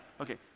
Okay